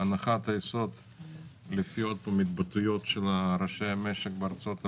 הנחת היסוד לפי התבטאויות של ראשי המשק בארצות הברית,